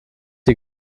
die